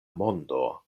mondo